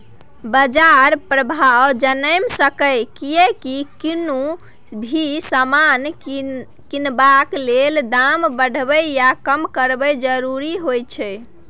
बाजार प्रभाव जनैम सकेए कियेकी कुनु भी समान किनबाक लेल दाम बढ़बे या कम करब जरूरी होइत छै